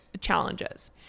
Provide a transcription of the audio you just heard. challenges